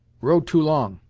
road too long,